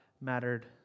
mattered